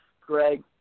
Greg